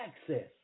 access